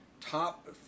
top